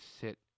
sit